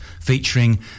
featuring